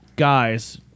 guys